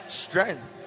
strength